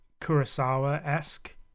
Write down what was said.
Kurosawa-esque